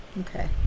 Okay